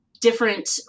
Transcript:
Different